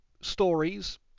stories